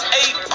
eight